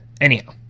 anyhow